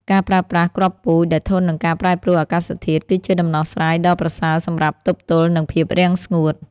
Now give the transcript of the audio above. ការប្រើប្រាស់គ្រាប់ពូជដែលធន់នឹងការប្រែប្រួលអាកាសធាតុ គឺជាដំណោះស្រាយដ៏ប្រសើរសម្រាប់ទប់ទល់នឹងភាពរាំងស្ងួត។